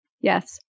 Yes